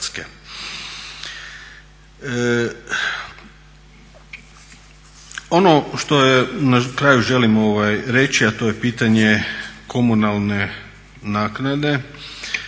Ono što na kraju želim reći, a to je pitanje komunalne naknade